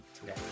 today